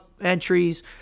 entries